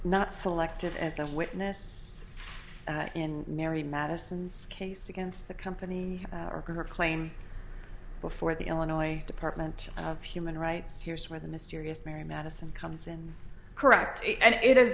not selected as a witness in mary madison scase against the company or her claim before the illinois department of human rights here's where the mysterious mary madison comes in correct and it is